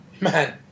man